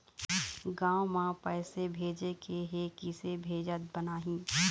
गांव म पैसे भेजेके हे, किसे भेजत बनाहि?